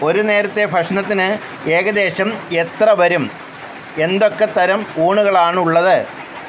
ഒരു നേരത്തെ ഭക്ഷണത്തിന് ഏകദേശം എത്ര വരും എന്തൊക്കെ തരം ഊണുകളാണുള്ളത്